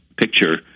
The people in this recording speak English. picture